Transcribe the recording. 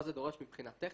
מה זה דורש מבחינה טכנית,